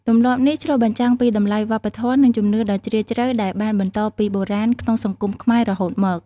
ទម្លាប់នេះឆ្លុះបញ្ចាំងពីតម្លៃវប្បធម៌ និងជំនឿដ៏ជ្រាលជ្រៅដែលបានបន្តពីបុរាណក្នុងសង្គមខ្មែររហូតមក។